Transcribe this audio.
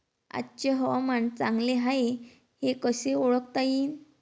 आजचे हवामान चांगले हाये हे कसे ओळखता येईन?